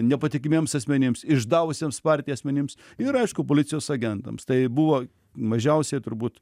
nepatikimiems asmenims išdavusiems partiją asmenims ir aišku policijos agentams tai buvo mažiausiai turbūt